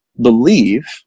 believe